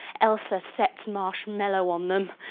elsa sets marshmallow on them.